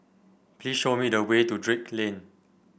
please show me the way to Drake Lane